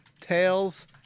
Tails